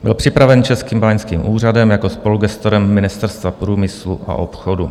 Byl připraven Českým báňským úřadem jako spolugestorem Ministerstva průmyslu a obchodu.